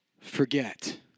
forget